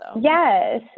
Yes